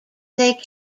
they